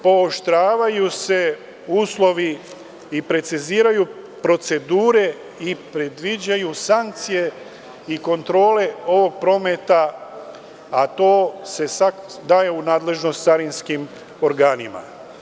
Pooštravaju se uslovi i preciziraju procedure i predviđaju sankcije i kontrole ovog prometa, a to se sada daje u nadležnost carinskim organima.